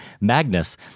Magnus